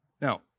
Now